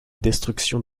destruction